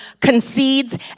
concedes